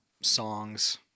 songs